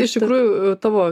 iš tikrųjų tavo